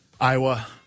iowa